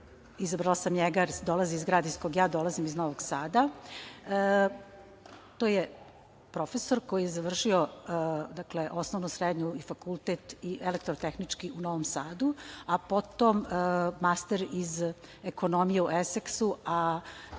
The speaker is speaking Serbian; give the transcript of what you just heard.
izabrala sam njega jer dolazi iz grada iz kog ja dolazim, iz Novog Sada. To je profesor koji je završio osnovnu, srednju i fakultet, Elektrotehnički u Novom Sadu, a potom master iz ekonomije u Eseksu, a